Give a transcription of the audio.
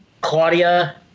Claudia